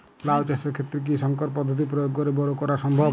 লাও চাষের ক্ষেত্রে কি সংকর পদ্ধতি প্রয়োগ করে বরো করা সম্ভব?